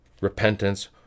Repentance